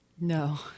No